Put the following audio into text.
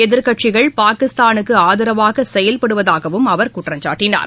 எதிர்க்கட்சிகள் பாகிஸ்தானுக்குஆதரவாகசெயல்படுவதாகவும் அவர் குற்றம்சாட்டினார்